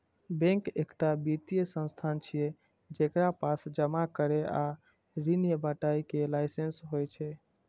bank एकटा वित्तीय संस्थान छियै, जेकरा पास जमा करै आ ऋण बांटय के लाइसेंस होइ छै